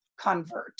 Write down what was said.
convert